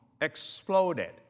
exploded